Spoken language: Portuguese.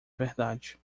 verdade